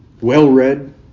Well-read